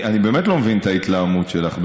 אני באמת לא מבין את ההתלהמות שלך.